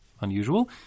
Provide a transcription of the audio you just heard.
unusual